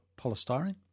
polystyrene